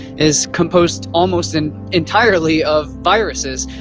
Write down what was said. is composed almost and entirely of viruses,